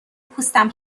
پوستم